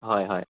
হয় হয়